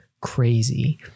crazy